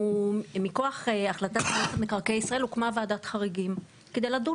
מכוח החלטת מועצת מקרקעי ישראל הוקמה ועדת חריגים כדי לדון